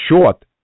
short